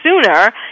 sooner